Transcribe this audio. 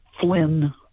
Flynn